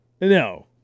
No